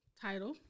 title